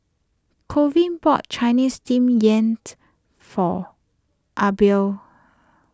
Colvin bought Chinese Steamed Yam for Adelbert